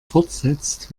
fortsetzt